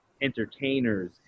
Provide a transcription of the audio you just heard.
entertainers